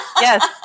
Yes